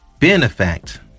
Benefact